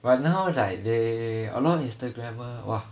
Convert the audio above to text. but now like they a lot of instagrammer !wah!